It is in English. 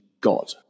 god